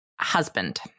Husband